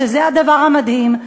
וזה הדבר המדהים,